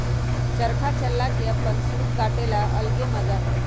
चरखा चला के अपन सूत काटे के अलगे मजा हई